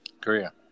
Korea